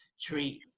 treat